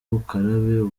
ukarabe